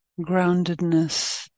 groundedness